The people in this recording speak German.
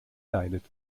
leidet